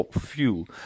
fuel